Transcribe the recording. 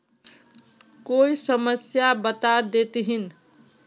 कोई समस्या बता देतहिन?